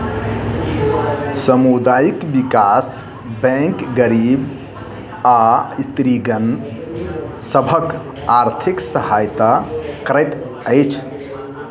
समुदाय विकास बैंक गरीब आ स्त्रीगण सभक आर्थिक सहायता करैत अछि